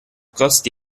costi